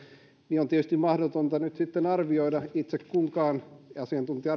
niin on tietysti mahdotonta nyt sitten arvioida itse kenenkään kun asiantuntija